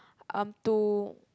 I'm to